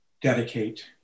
dedicate